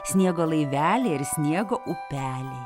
sniego laiveliai ir sniego upeliai